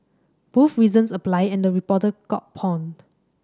both reasons apply and the reporter got pawned